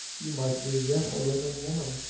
you might be yet a livin' woman.